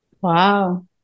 Wow